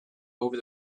over